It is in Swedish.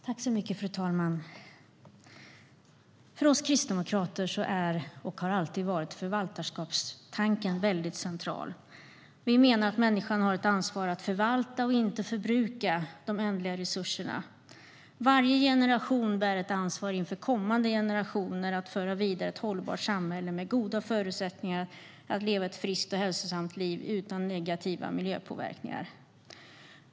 Fru talman! För oss kristdemokrater är förvaltarskapstanken central, och det har den alltid varit. Vi menar att människan har ett ansvar att förvalta, och inte förbruka, de ändliga resurserna. Varje generation bär ett ansvar inför kommande generationer för att föra vidare ett hållbart samhälle med goda förutsättningar för människor att leva ett friskt och hälsosamt liv utan negativa miljöpåverkningar.